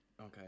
Okay